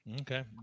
Okay